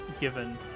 given